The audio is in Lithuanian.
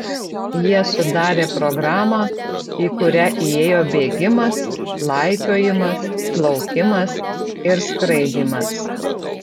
jie sudarė programą į kurią įėjo bėgimas laipiojimas plaukimas ir skraidymas